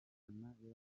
y’abaminisitiri